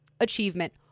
achievement